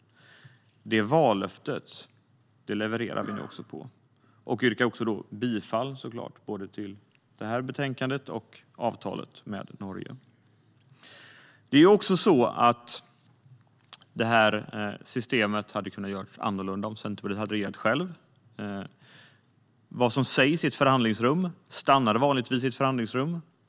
Det vallöftet levererar vi nu på, och vi yrkar bifall till förslaget i betänkande NU20 och till förslaget om avtal med Norge. Systemet hade blivit annorlunda om Centerpartiet hade regerat. Vad som sägs i ett förhandlingsrum stannar vanligtvis i ett förhandlingsrum.